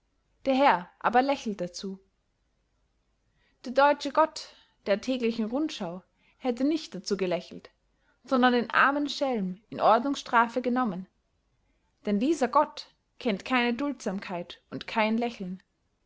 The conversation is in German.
der herr aber lächelt dazu der deutsche gott der täglichen rundschau hätte nicht dazu gelächelt sondern den armen schelm in ordnungsstrafe genommen denn dieser gott kennt keine duldsamkeit und kein lächeln